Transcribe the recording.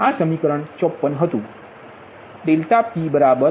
આ સમીકરણ 54 છે